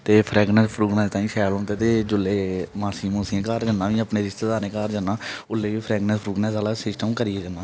ते फ्रैगनस फ्रुगनेस ताहीं शैल होंदा ते जेल्लै मासी मासियें दे घर जन्ना ते अपने रिश्तेदारे दे घर जन्ना उल्लै बी फ्रैगनस फ्रैगनुस आह्ला सिस्टम करियै जन्ना